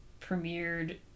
premiered